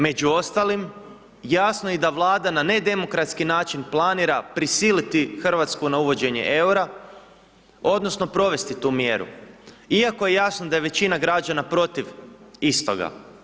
Među ostalim, jasno je i da Valda na nedemokratski način planira prisiliti Hrvatsku na uvođenje eura odnosno provesti tu mjeru iako je jasno da je većina građana protiv istoga.